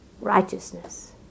Righteousness